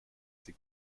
sie